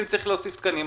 ואם צריך להוסיף תקנים,